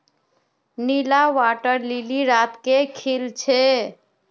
नीला water lily रात के खिल छे